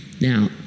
Now